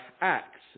acts